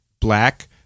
black